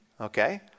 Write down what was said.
okay